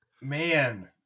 Man